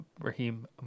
Raheem